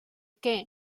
què